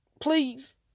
please